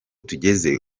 tugeze